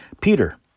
Peter